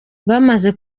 bamaze